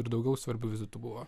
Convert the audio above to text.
ir daugiau svarbių vizitų buvo